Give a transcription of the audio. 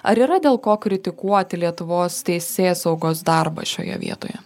ar yra dėl ko kritikuoti lietuvos teisėsaugos darbą šioje vietoje